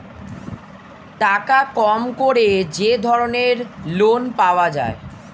টাকা কম করে যে ধরনের লোন পাওয়া যায়